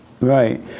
Right